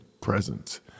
presence